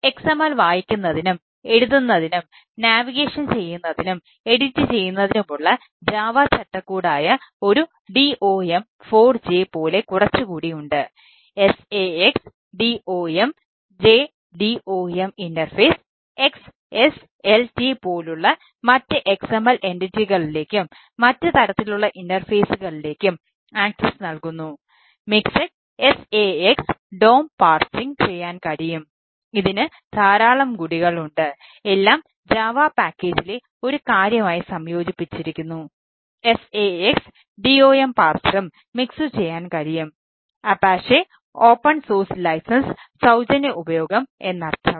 XML വായിക്കുന്നതിനും എഴുതുന്നതിനും navigation സൌജന്യ ഉപയോഗം എന്നർത്ഥം